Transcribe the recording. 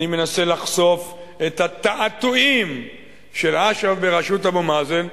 אני מנסה לחשוף את התעתועים של אש"ף בראשות אבו מאזן,